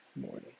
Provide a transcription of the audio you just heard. morning